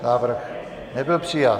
Návrh nebyl přijat.